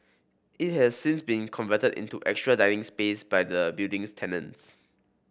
it has since been converted into extra dining space by the building's tenants